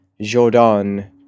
Jordan